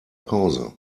pause